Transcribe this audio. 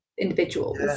individuals